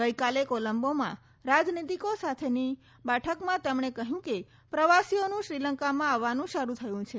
ગઇકાલે કોલંબોમાં રાજનીતીકો સાથેની બેઠકમાં તેમણે કહ્યું કે પ્રવાસીઓનું શ્રીલંકામાં આવવાનું શરૂ થયું છે